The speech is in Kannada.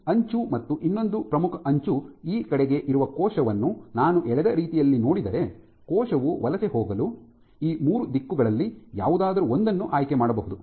ಈ ಅಂಚು ಮತ್ತು ಇನ್ನೊಂದು ಪ್ರಮುಖ ಅಂಚು ಈ ಕಡೆಗೆ ಇರುವ ಕೋಶವನ್ನು ನಾನು ಎಳೆದ ರೀತಿಯಲ್ಲಿ ನೋಡಿದರೆ ಕೋಶವು ವಲಸೆ ಹೋಗಲು ಈ ಮೂರು ದಿಕ್ಕುಗಳಲ್ಲಿ ಯಾವುದಾದರೂ ಒಂದನ್ನು ಆಯ್ಕೆ ಮಾಡಬಹುದು